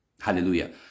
Hallelujah